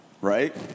right